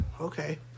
okay